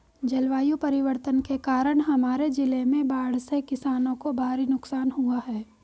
जलवायु परिवर्तन के कारण हमारे जिले में बाढ़ से किसानों को भारी नुकसान हुआ है